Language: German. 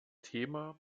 thema